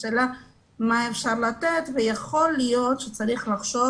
השאלה מה אפשר לתת ויכול להיות שצריך לחשוב